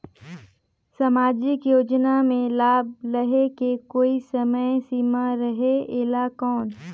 समाजिक योजना मे लाभ लहे के कोई समय सीमा रहे एला कौन?